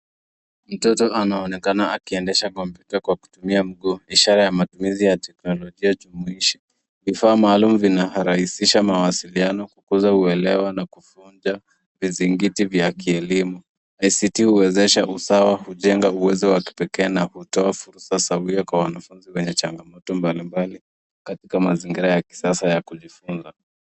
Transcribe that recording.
Mtoto anaonekana akiendesha kompyuta kwa kutumia mguu, ishara ya matumizi ya teknolojia jumuishi. Vifaa maalum vinarahisisha mawasiliano, kukuza uelewa na kufunza vizingiti vya kielimu. ICT huwezesha usawa, hujenga uwezo wa kipekee na hutoa fursa sawia kwa wanafunzi wenye changamoto mbalimbali katika mazingira ya kisasa ya kujifunza.